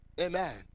Amen